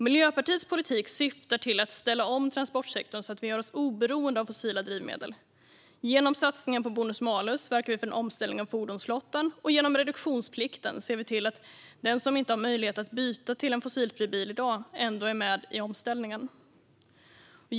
Miljöpartiets politik syftar till att ställa om transportsektorn så att vi gör oss oberoende av fossila drivmedel. Genom satsningen på bonus-malus verkar vi för en omställning av fordonsflottan, och genom reduktionsplikten ser vi till att den som inte har möjlighet att byta till en fossilfri bil i dag ändå är med i omställningen.